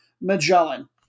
Magellan